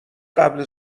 قبل